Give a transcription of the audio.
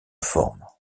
forme